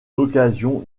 occasion